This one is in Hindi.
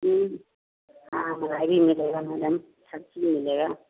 हाँ निहारी मिलेगा मैडम सब्जी मिलेगा